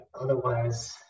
otherwise